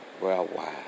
worldwide